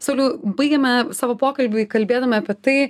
sauliau baigėme savo pokalbį kalbėdami apie tai